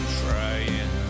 trying